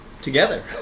together